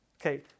Okay